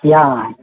yeah